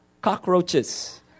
cockroaches